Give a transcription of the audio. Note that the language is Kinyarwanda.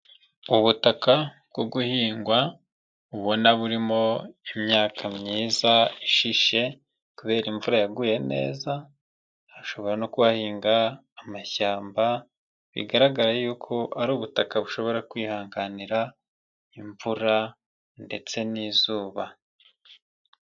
Ubutaka bwo guhingwa, ubona burimo imyaka myiza ishishe, kubera imvura yaguye neza, hashobora no kuhahinga amashyamba, bigaragara yuko ari ubutaka bushobora kwihanganira imvura ndetse n'izuba.